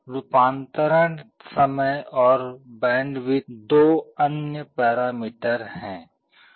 रूपांतरण समय और बैंडविड्थ दो अन्य पैरामीटर हैं